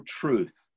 truth